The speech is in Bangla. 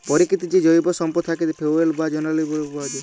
পরকিতির যে জৈব সম্পদ থ্যাকে ফুয়েল বা জালালী গুলান পাই